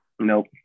nope